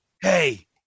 Hey